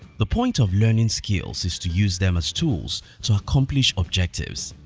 the point of learning skills is to use them as tools to accomplish objectives.